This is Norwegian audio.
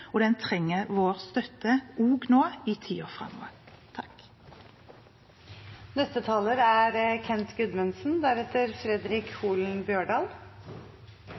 og den trenger vår støtte også nå i tiden framover.